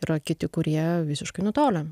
yra kiti kurie visiškai nutolę